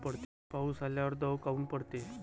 पाऊस आल्यावर दव काऊन पडते?